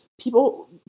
People